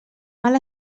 mal